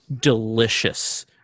delicious